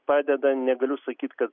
padeda negaliu sakyt kad